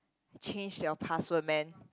change your password man